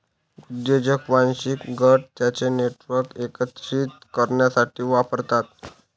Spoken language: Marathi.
उद्योजक वांशिक गट त्यांचे नेटवर्क एकत्रित करण्यासाठी वापरतात